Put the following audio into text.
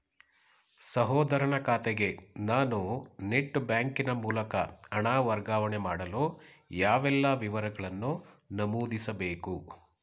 ಸಹೋದರನ ಖಾತೆಗೆ ನಾನು ನೆಟ್ ಬ್ಯಾಂಕಿನ ಮೂಲಕ ಹಣ ವರ್ಗಾವಣೆ ಮಾಡಲು ಯಾವೆಲ್ಲ ವಿವರಗಳನ್ನು ನಮೂದಿಸಬೇಕು?